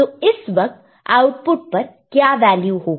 तो इस वक्त आउटपुट पर क्या वैल्यू होगा